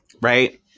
right